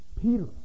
Peter